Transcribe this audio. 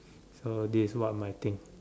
so this one of my thing